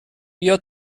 بیا